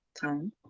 time